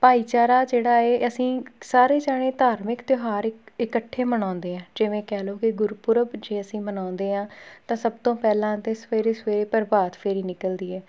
ਭਾਈਚਾਰਾ ਜਿਹੜਾ ਹੈ ਅਸੀਂ ਸਾਰੇ ਜਣੇ ਧਾਰਮਿਕ ਤਿਉਹਾਰ ਇ ਇਕੱਠੇ ਮਨਾਉਂਦੇ ਹਾਂ ਜਿਵੇਂ ਕਹਿ ਲਓ ਕਿ ਗੁਰਪੁਰਬ ਜੇ ਅਸੀਂ ਮਨਾਉਂਦੇ ਹਾਂ ਤਾਂ ਸਭ ਤੋਂ ਪਹਿਲਾਂ ਤਾਂ ਸਵੇਰੇ ਸਵੇਰੇ ਪ੍ਰਭਾਤ ਫੇਰੀ ਨਿਕਲਦੀ ਹੈ